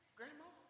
Grandma